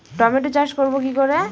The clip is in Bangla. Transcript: টমেটো চাষ করব কি করে?